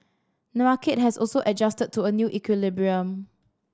the market has also adjusted to a new equilibrium